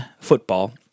football